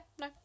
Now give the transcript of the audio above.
no